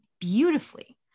beautifully